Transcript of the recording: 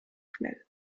schnell